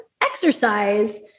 exercise